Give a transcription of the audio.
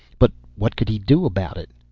but what could he do about it?